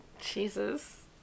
Jesus